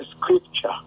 scripture